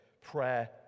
prayer